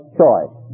choice